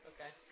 Okay